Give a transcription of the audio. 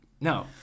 no